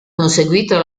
conseguito